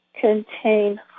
contain